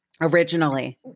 originally